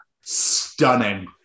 Stunning